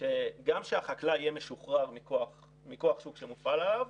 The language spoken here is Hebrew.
ושגם החקלאי יהיה מכוח שוק שמופעל עליו,